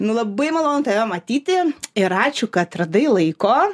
nu labai malonu tave matyti ir ačiū kad radai laiko